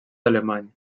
alemany